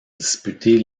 disputer